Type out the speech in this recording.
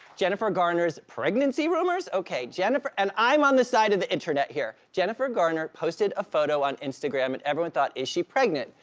jennifer garner's pregnancy rumors, okay. and i'm on the side of the internet here. jennifer garner posted a photo on instagram and everyone thought, is she pregnant?